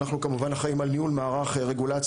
אנחנו כמובן אחראיים על ניהול מערך רגולציה